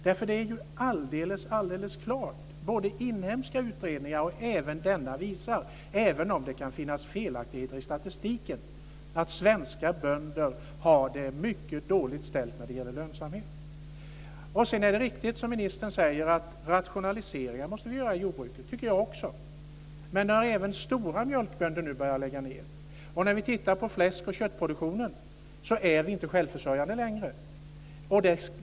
Det är alldeles klart - både inhemska utredningar och denna utredning visar det, även om det kan finnas felaktigheter i statistiken - att svenska bönder har det mycket dåligt ställt när det gäller lönsamhet. Sedan är det riktigt som ministern säger att vi måste göra rationaliseringar i jordbruket. Det tycker jag också. Men när även stora mjölkbönder börjar lägga ned, och när vi tittar på fläsk och köttproduktionen, inser vi att vi inte är självförsörjande längre.